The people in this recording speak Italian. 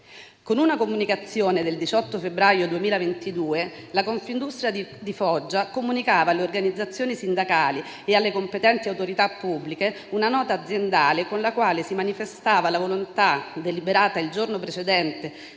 con una comunicazione del 18 febbraio 2022 Confindustria Foggia comunicava alle organizzazioni sindacali e alle competenti autorità pubbliche una nota aziendale con la quale si manifestava la volontà, deliberata il giorno precedente